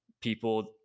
people